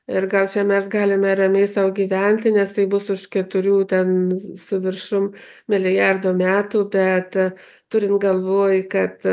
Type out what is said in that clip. ir gal čia mes galime ramiai sau gyventi nes taip bus už keturių ten su viršum milijardo metų bet turint galvoj kad